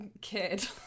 kid